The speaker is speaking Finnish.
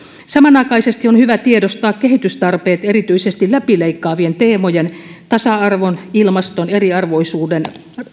samanaikaisesti on hyvä tiedostaa kehitystarpeet erityisesti läpileikkaavien teemojen tasa arvon ilmaston eriarvoisuuden